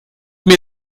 mir